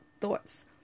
thoughts